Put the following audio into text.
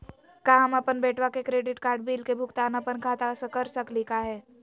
का हम अपन बेटवा के क्रेडिट कार्ड बिल के भुगतान अपन खाता स कर सकली का हे?